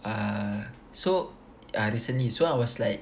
uh so recently so I was like